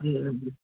ए